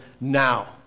now